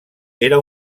era